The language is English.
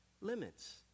limits